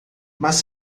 mas